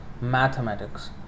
mathematics